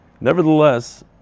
Nevertheless